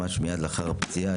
ממש מיד לאחר הפציעה,